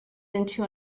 into